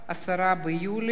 (הודעה ללקוח על נקיטת פעולה לגבי הלוואה),